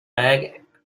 bag